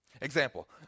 Example